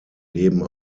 leben